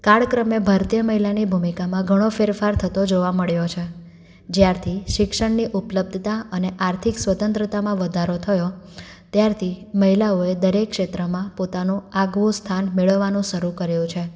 કાળક્રમે ભારતીય મહિલાની ભૂમિકામાં ઘણો ફેરફાર થતો જોવા મળ્યો છે જ્યારથી શિક્ષણની ઉપલબ્ધતા અને આર્થિક સ્વતંત્રતામાં વધારો થયો ત્યારથી મહિલાઓએ દરેક ક્ષેત્રમાં પોતાનું આગવું સ્થાન મેળવવાનું શરું કર્યું છે